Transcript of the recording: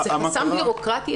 זה חסם בירוקרטי?